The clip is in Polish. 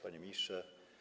Panie Ministrze!